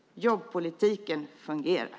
Jobbpolitiken fungerar!